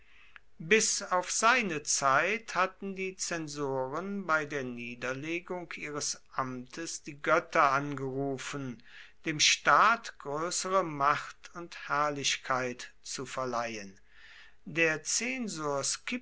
bis auf seine zeit hatten die zensoren bei der niederlegung ihres amtes die götter angerufen dem staat größere macht und herrlichkeit zu verleihen der zensor